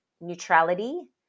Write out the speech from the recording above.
neutrality